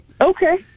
Okay